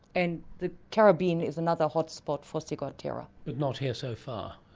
and the caribbean is another hot-spot for ciguatera. but not here so far,